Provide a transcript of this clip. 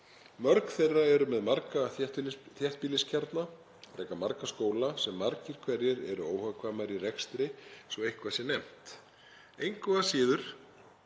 Mörg þeirra eru með marga þéttbýliskjarna og reka marga skóla sem margir hverjir eru óhagkvæmir í rekstri svo eitthvað sé nefnt. Engu að síður,